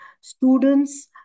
students